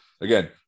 again